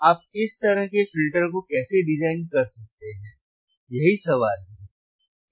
तो आप इस तरह के फ़िल्टर को कैसे डिज़ाइन कर सकते हैं यही सवाल है